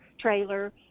trailer